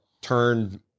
turned